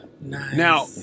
Now